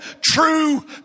true